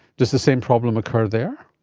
does the same problem occur there?